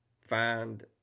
find